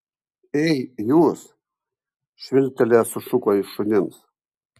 ei jūs švilptelėjęs sušuko jis šunims